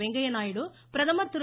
வெங்கையா நாயுடு பிரதமா் திரு